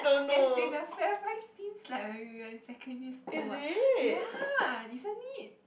it has been a Fairprice since like we were in secondary school what ya isn't it